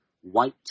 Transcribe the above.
white